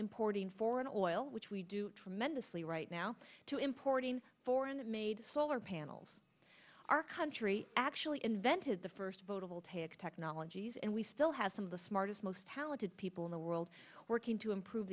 importing foreign oil which we do tremendously right now to importing foreign made solar panels our country actually invented the first photovoltaic technologies and we still have some of the smartest most talented people in the world working to improve